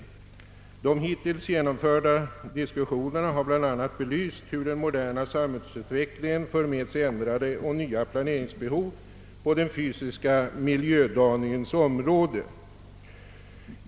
De hittills genomförda diskussionerna har bland annat belyst hur den moderna samhällsutvecklingen för med sig ändrade och nya planeringsbehov på den fysiska miljödaningens område.